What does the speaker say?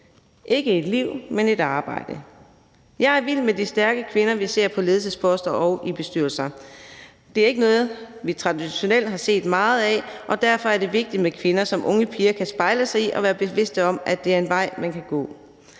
ikke et liv, men et arbejde. Jeg er vild med de stærke kvinder, vi ser på ledelsesposter og i bestyrelser. Det er ikke noget, vi traditionelt har set meget af, og derfor er det vigtigt med kvinder, som unge piger kan spejle sig i, så de kan være bevidste om, at det er en vej, man kan gå.